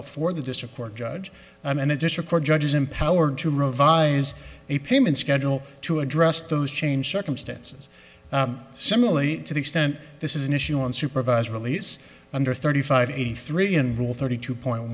before the district court judge and the district court judge is empowered to revise a payment schedule to address those change circumstances similarly to the extent this is an issue on supervised release under thirty five eighty three and rule thirty two point